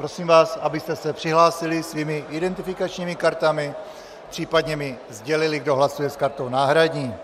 Prosím vás, abyste se přihlásili svými identifikačními kartami, případně mi sdělili, kdo hlasuje s kartou náhradní.